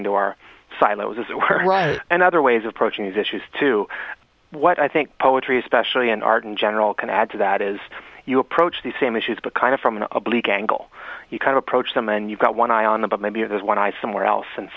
right and other ways of approaching these issues to what i think poetry especially in art and general can add to that is you approach the same issues but kind of from an oblique angle you kind of approach them and you've got one eye on the but maybe there's one i somewhere else and